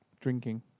Drinking